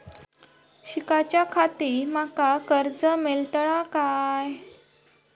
शिकाच्याखाती माका कर्ज मेलतळा काय?